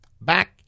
back